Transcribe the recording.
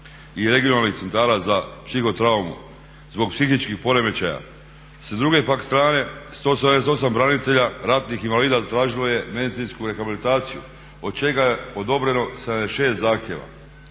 i regionalnih centara za psihotraumu zbog psihičkih poremećaja. S druge pak strane 178 branitelja ratnih invalida zatražilo je medicinsku rehabilitaciju od čega je odobreno 76 zahtjeva.